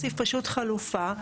אפשר להוסיף פשוט חלופה.